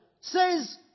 says